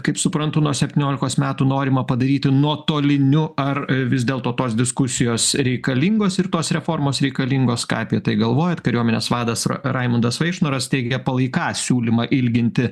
kaip suprantu nuo septyniolikos metų norima padaryti nuotoliniu ar vis dėlto tos diskusijos reikalingos ir tos reformos reikalingos ką apie tai galvojat kariuomenės vadas raimundas vaikšnoras teigia palaikąs siūlymą ilginti